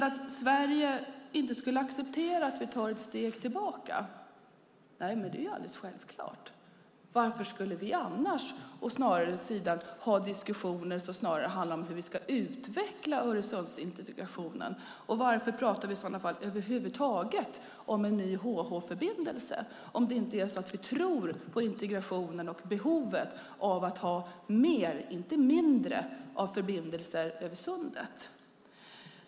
Att Sverige inte skulle acceptera att vi tar ett steg tillbaka är självklart. Varför skulle vi annars ha diskussioner som snarare handlar om hur vi ska utveckla Öresundsintegrationen? Och varför pratar vi i så fall över huvud taget om en ny HH-förbindelse om vi inte tror på integrationen och behovet av att ha mer, inte mindre, förbindelser över Sundet?